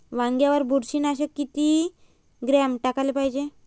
वांग्यावर बुरशी नाशक किती ग्राम टाकाले पायजे?